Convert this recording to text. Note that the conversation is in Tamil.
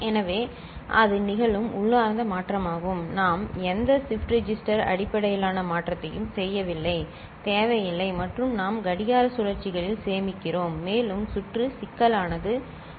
எனவே அது நிகழும் உள்ளார்ந்த மாற்றமாகும் நாம் எந்த ஷிப்ட் ரெஜிஸ்டர் அடிப்படையிலான மாற்றத்தையும் செய்யவில்லை தேவையில்லை மற்றும் நாம் கடிகார சுழற்சிகளில் சேமிக்கிறோம் மேலும் சுற்று சிக்கலானது குறைகிறது